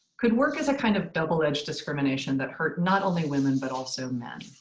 could work as a kind of double-edged discrimination that hurt not only women, but also men.